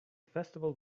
festival